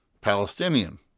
Palestinian